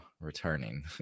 returning